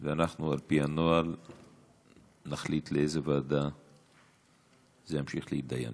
ואנחנו על-פי הנוהל נחליט באיזו ועדה זה ימשיך ויידון.